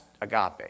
agape